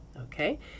Okay